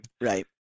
Right